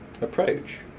approach